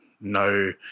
no